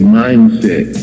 mindset